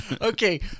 Okay